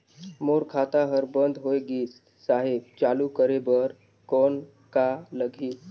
मोर खाता हर बंद होय गिस साहेब चालू करे बार कौन का लगही?